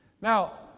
Now